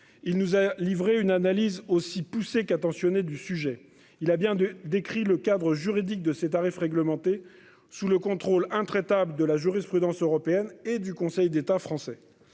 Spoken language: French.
Il nous a livré une analyse aussi poussé qu'attentionné du sujet. Il a bien deux décrit le cadre juridique de ses tarifs réglementés sous le contrôle intraitable de la jurisprudence européenne et du Conseil d'État français